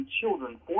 children